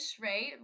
right